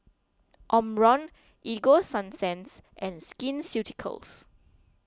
Omron Ego Sunsense and Skin Ceuticals